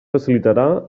facilitarà